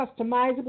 customizable